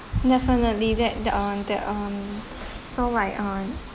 definitely that that um so why um